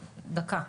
דקה.